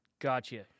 Gotcha